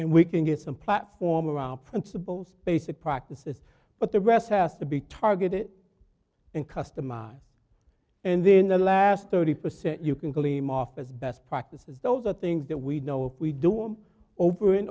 and we can get some platform around our principles basic practices but the rest has to be targeted and customers and then the last thirty percent you can claim office best practices those are things that we know we do them over and